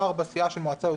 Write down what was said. (4) סיעה של מועצה יוצאת,